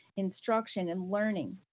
instruction and learning.